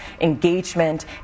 engagement